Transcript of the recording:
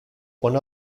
one